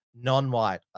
non-white